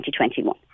2021